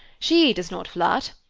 she does not flirt,